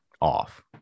off